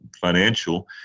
financial